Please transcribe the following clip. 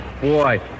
Boy